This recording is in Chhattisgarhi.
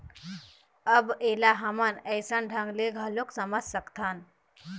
अब ऐला हमन अइसन ढंग ले घलोक समझ सकथन